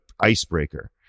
icebreaker